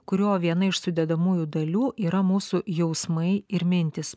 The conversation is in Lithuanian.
kurio viena iš sudedamųjų dalių yra mūsų jausmai ir mintys